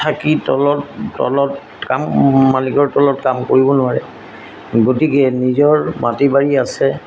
থাকি তলত তলত কাম মালিকৰ তলত কাম কৰিব নোৱাৰে গতিকে নিজৰ মাটি বাৰী আছে